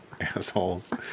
Assholes